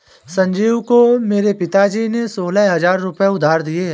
संजीव को मेरे पिताजी ने सोलह हजार रुपए उधार दिए हैं